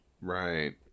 Right